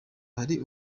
hari